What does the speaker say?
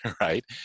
right